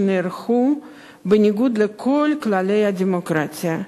שנערכו בניגוד לכל כללי הדמוקרטיה?